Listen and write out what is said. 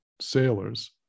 sailors